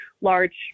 large